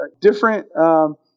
different